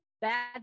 Bad